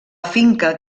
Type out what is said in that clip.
finca